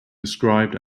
described